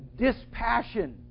dispassion